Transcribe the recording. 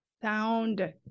Sound